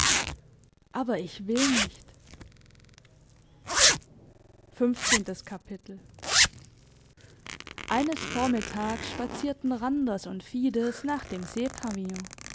aber ich will nicht eines vormittags spazierten randers und fides nach dem